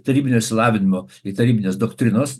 tarybinio išsilavinimo bei tarybinės doktrinos